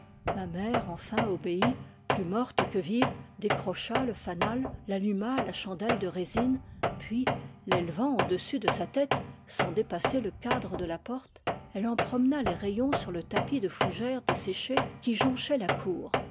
ma mère enfin obéit plus morte que vive décrocha le fanal l'alluma à la chandelle de résine puis l'élevant au-dessus de sa tête sans dépasser le cadre delà porte elle en promena les rayons sur le tapis de fougères desséchées qui jonchaient la cour